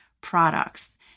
products